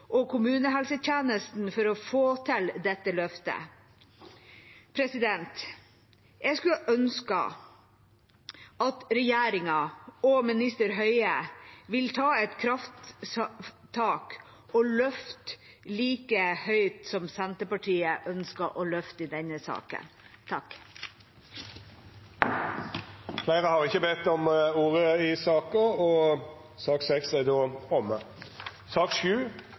og kommunehelsetjenesten for å få til dette løftet. Jeg skulle ønske at regjeringen og minister Høie vil ta et krafttak og løfte like høyt som Senterpartiet ønsker å løfte i denne saken. Fleire har ikkje bedt om ordet til sak nr. 6. Etter ynske frå helse- og